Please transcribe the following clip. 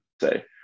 say